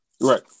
Right